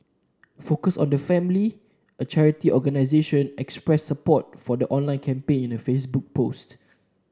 focus on the Family a charity organisation expressed support for the online campaign in a Facebook post